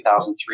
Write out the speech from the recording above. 2003